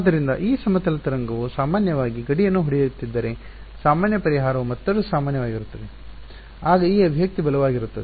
ಆದ್ದರಿಂದ ಈ ಸಮತಲ ತರಂಗವು ಸಾಮಾನ್ಯವಾಗಿ ಗಡಿಯನ್ನು ಹೊಡೆಯುತ್ತಿದ್ದರೆ ಸಾಮಾನ್ಯ ಪರಿಹಾರವು ಮತ್ತಷ್ಟು ಮಾನ್ಯವಾಗಿರುತ್ತದೆ ಆಗ ಈ ಅಭಿವ್ಯಕ್ತಿ ಬಲವಾಗಿರುತ್ತದೆ